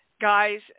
guys